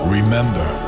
Remember